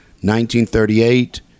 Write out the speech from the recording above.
1938